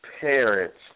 parents